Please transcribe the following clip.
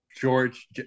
George